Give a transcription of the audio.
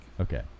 Okay